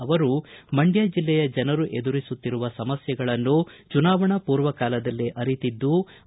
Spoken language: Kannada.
ಈಗಾಗಲೇ ಮಂಡ್ಕ ಜೆಲ್ಲೆಯ ಜನರು ಎದುರಿಸುತ್ತಿರುವ ಸಮಸ್ಯೆಗಳನ್ನು ಚುನಾವಣಾ ಪೂರ್ವ ಕಾಲದಲ್ಲೇ ಅರಿತಿದ್ದೇನೆ